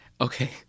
Okay